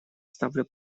ставлю